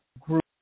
group